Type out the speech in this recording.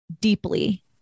deeply